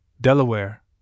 Delaware